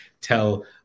tell